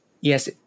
Yes